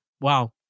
Wow